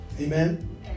Amen